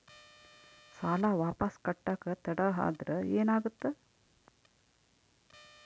ಸಾಲ ವಾಪಸ್ ಕಟ್ಟಕ ತಡ ಆದ್ರ ಏನಾಗುತ್ತ?